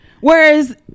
Whereas